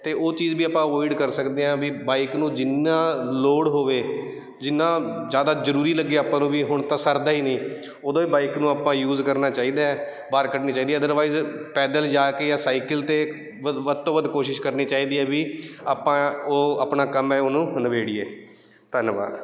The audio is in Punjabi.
ਅਤੇ ਉਹ ਚੀਜ਼ ਵੀ ਆਪਾਂ ਅਵੋਈਡ ਕਰ ਸਕਦੇ ਹਾਂ ਵੀ ਬਾਈਕ ਨੂੰ ਜਿੰਨਾ ਲੋੜ ਹੋਵੇ ਜਿੰਨਾ ਜ਼ਿਆਦਾ ਜ਼ਰੂਰੀ ਲੱਗੇ ਆਪਾਂ ਨੂੰ ਵੀ ਹੁਣ ਤਾਂ ਸਰਦਾ ਹੀ ਨਹੀਂ ਉਦੋਂ ਹੀ ਬਾਈਕ ਨੂੰ ਆਪਾਂ ਯੂਜ ਕਰਨਾ ਚਾਹੀਦਾ ਬਾਹਰ ਕੱਢਣੀ ਚਾਹੀਦੀ ਅਦਰਵਾਈਜ਼ ਪੈਦਲ ਜਾ ਕੇ ਜਾਂ ਸਾਈਕਲ 'ਤੇ ਵ ਵੱਧ ਤੋਂ ਵੱਧ ਕੋਸ਼ਿਸ਼ ਕਰਨੀ ਚਾਹੀਦੀ ਹੈ ਵੀ ਆਪਾਂ ਉਹ ਆਪਣਾ ਕੰਮ ਹੈ ਉਹਨੂੰ ਨਿਬੇੜੀਏ ਧੰਨਵਾਦ